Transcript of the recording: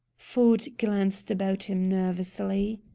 ford glanced about him nervously.